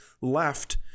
left